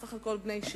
בסך הכול בת 60,